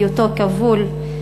בהיותו כבול.